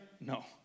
No